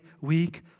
week